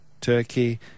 turkey